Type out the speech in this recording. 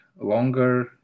longer